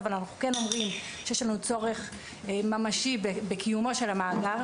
אבל אנחנו כן אומרים שיש לנו צורך ממשי בקיומו של המאגר.